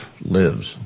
lives